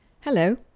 Hello